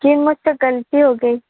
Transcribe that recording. जी मुझ से ग़लती हो गई